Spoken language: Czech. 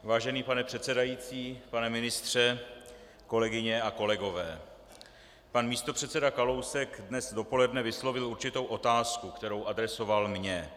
Vážený pane předsedající, pane ministře, kolegyně a kolegové, pan místopředseda Kalousek dnes dopoledne vyslovil určitou otázku, kterou adresoval mně.